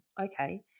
Okay